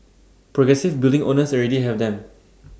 progressive building owners already have them